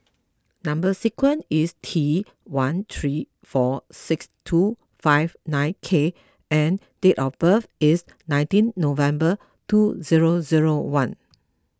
Number Sequence is T one three four six two five nine K and date of birth is nineteen November two zero zero one